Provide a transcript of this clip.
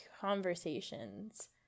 conversations